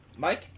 Mike